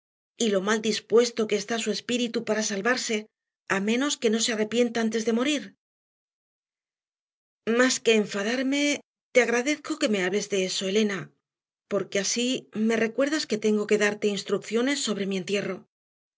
y lo mal dispuesto que está su espíritu para salvarse a menos que no se arrepienta antes de morir más que enfadarme te agradezco que me hables de eso elena porque así me recuerdas que tengo que darte instrucciones sobre mi entierro